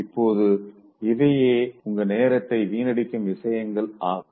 இப்போது இவையே உங்க நேரத்தை வீணடிக்கும் விஷயங்கள் ஆகும்